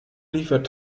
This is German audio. liefert